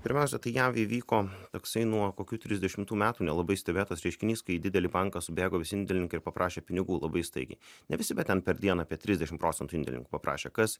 pirmiausia tai jav įvyko toksai nuo kokių trisdešimt metų nelabai stebėtas reiškinys kai į didelį banką subėgo visi indėlininkai ir paprašė pinigų labai staigiai ne visi bet per dieną apie trisdešim procentų indėlininkų paprašė kas